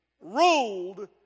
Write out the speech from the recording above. ruled